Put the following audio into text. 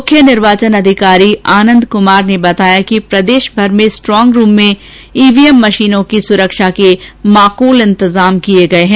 मुख्य निर्वाचन अधिकारी आनंद कुमार ने बताया कि प्रदेश भर में स्ट्रॉग रूम में ईवीएम मशीनों की सूरक्षा के माकल प्रबंध किये गये हैं